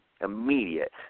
immediate